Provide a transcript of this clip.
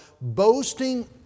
boasting